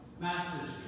Masters